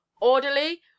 orderly